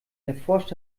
erforscht